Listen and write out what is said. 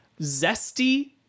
zesty